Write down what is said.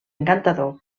encantador